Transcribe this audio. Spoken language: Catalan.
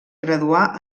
graduà